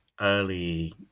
early